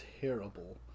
terrible